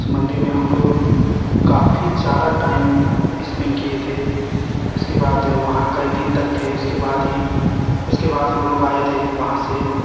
उस मंदिर में हम लोग काफी ज़्यादा टाइम स्पेंड किए थे उसके बाद वहाँ कई दिन तक थे उसके बाद ही उसके बाद हम लोग आए थे वहाँ से